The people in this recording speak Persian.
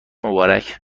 مبارک